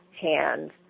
hands